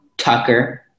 Tucker